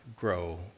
grow